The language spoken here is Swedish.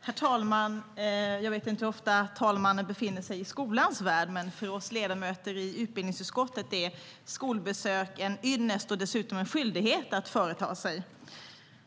Herr talman! Jag vet inte hur ofta talmannen befinner sig i skolans värld. För oss ledamöter i utbildningsutskottet är skolbesök en ynnest och dessutom en skyldighet.